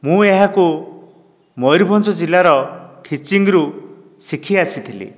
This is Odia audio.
ମୁଁ ଏହାକୁ ମୟୁରଭଞ୍ଜ ଜିଲ୍ଲାର ଖିଚିଙ୍ଗରୁ ଶିଖି ଆସିଥିଲି